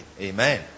Amen